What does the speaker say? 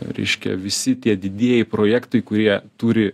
reiškia visi tie didieji projektai kurie turi